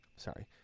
Sorry